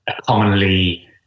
commonly